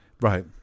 right